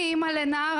אני אמא לנער,